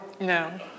No